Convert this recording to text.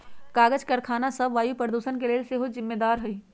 कागज करखना सभ वायु प्रदूषण के लेल सेहो जिम्मेदार हइ